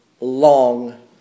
long